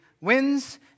wins